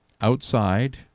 outside